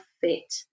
fit